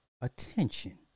attention